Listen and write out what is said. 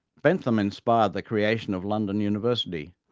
bentham inspired the creation of london university,